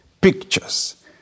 pictures